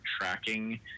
tracking